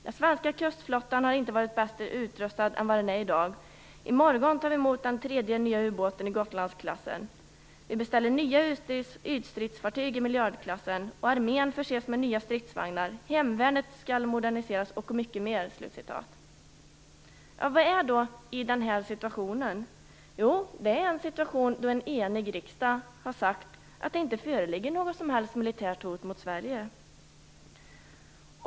Den svenska kustflottan har inte varit bättre utrustad än vad den är i dag. I morgon tar vi emot den tredje nya ubåten i Gotlandsklassen. Vi beställer nya ytstridsfartyg i miljardklassen. Armén förses med nya stridsvagnar, hemvärnet skall moderniseras, och mycket mer." Vad är då "I den här situationen"? Jo, det är en situation där en enig riksdag har sagt att det inte föreligger något som helst militärt hot mot Sverige.